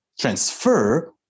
transfer